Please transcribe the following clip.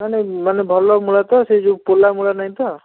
ନାହିଁ ନାହିଁ ମାନେ ଭଲ ମୂଳା ତ ସେ ଯେଉଁ ପୋଲା ମୂଳା ନାହିଁ ତ